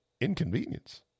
inconvenience